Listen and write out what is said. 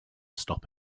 stop